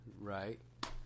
right